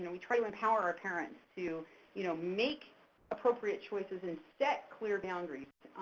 we try to empower our parents to you know make appropriate choices and set clear boundaries.